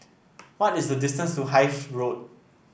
what is the distance to Hythe Road